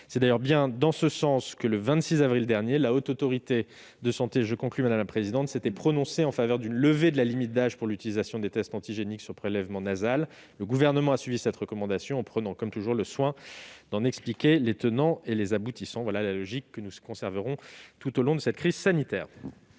; et c'est dans ce sens que, le 26 avril dernier, la Haute Autorité de santé (HAS) s'est prononcée en faveur d'une levée de la limite d'âge pour l'utilisation des tests antigéniques sur prélèvement nasal. Le Gouvernement a suivi cette recommandation en prenant, comme toujours, le soin d'en expliquer les tenants et les aboutissants. Telle est la logique que nous continuerons de suivre tout au long de cette crise sanitaire